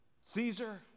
Caesar